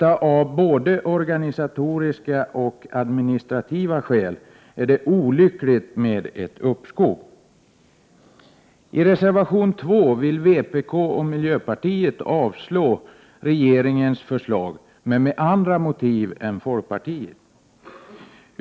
Av både organisatoriska och administrativa skäl är det olyckligt med ett uppskov. I reservation 2 vill vpk och miljöpartiet att man avslår regeringens förslag men har andra motiv än folkpartiet.